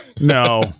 no